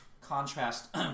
contrast